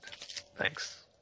Thanks